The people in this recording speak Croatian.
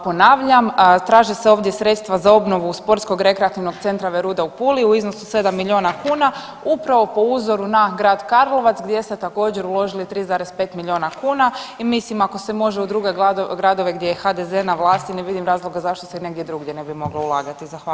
Ponavljam, traže se ovdje sredstva za obnovu Sportsko rekreativnog centra Veruda u Puli u iznosu 7 milijuna kuna upravo po uzoru na grad Karlovac gdje ste također uložili 3,5 milijuna kuna i mislim ako se može u druge gradove gdje je HDZ na vlasti ne vidim razloga zašto se negdje drugdje ne bi moglo ulagati.